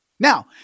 Now